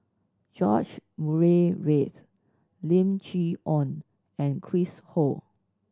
George Murray Reith Lim Chee Onn and Chris Ho